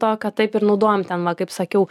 to kad taip ir naudojom tenva kaip sakiau